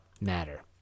matter